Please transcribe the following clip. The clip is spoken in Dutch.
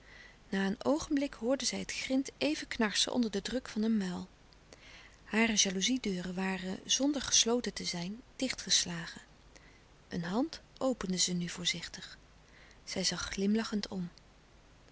na een oogenblik hoorde zij het grint even knarsen onder den druk van een muil hare jalouzie deuren waren zonder gesloten te zijn dichtgeslagen een hand opende ze nu voorzichtig zij zag glimlachend om